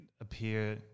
appear